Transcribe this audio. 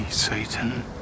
Satan